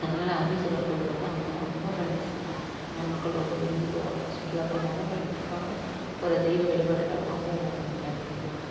அதனால் அரபீஸ்வரர் கோயில் வந்து அமா ரொம்ப ஃபேமஸ்ஸு அதனால மக்கள் ரொம்ப விரும்பி போவாங்க சுற்றுலாத் தலமாகவும் பயன்படுத்திக்குவாங்க ஒரு தெய்வ வழிபாடு தலமாகவும் பயன்படுத்திக்குவாங்க